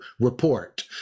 report